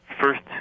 first